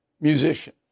musician